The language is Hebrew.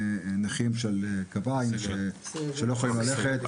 נכים של כיסאות או קביים, אנשים שלא יכולים ללכת.